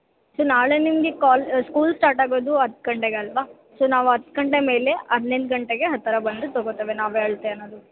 so ನಾಳೆ ನಿಮಗೆ call school ಸ್ಟಾಟಾಗೋದು ಹತ್ತು ಗಂಟೆಗೆ ಅಲ್ವಾ ಸೊ ನಾವು ಹತ್ತು ಗಂಟೆ ಮೇಲೆ ಹನ್ನೊಂದು ಗಂಟೆಗೆ ಆ ಥರ ಬಂದು ತಗೋತೇವೆ ನಾವೇ ಅಳತೆ ಅನ್ನೋದು